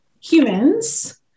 humans